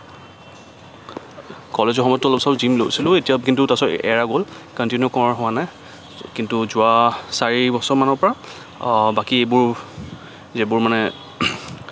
কলেজৰ সময়ত অলপ চলপ জিম লৈছিলোঁ এতিয়া কিন্তু তাৰপিছত এৰা গ'ল কণ্টিনিউ কৰা হোৱা নাই কিন্তু যোৱা চাৰি বছৰমানৰ পৰা বাকীবোৰ যিবোৰ মানে